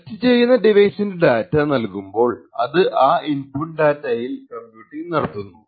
test ചെയ്യുന്ന ഡിവൈസിന്റെ data നൽകുമ്പോൾ അത് ആ ഇൻപുട്ട് ഡാറ്റയിന്മേൽ കമ്പ്യൂട്ടിങ് നടത്തുന്നു